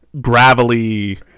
gravelly